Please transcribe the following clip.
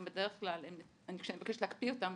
גם בדרך כלל כשאני מבקשת להקפיא אותם,